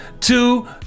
two